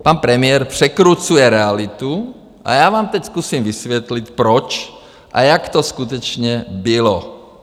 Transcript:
Pan premiér překrucuje realitu a já vám teď zkusím vysvětlit, proč a jak to skutečně bylo.